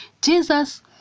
jesus